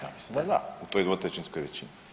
Ja mislim da da, u toj dvotrećinskoj većini.